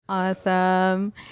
Awesome